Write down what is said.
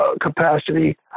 capacity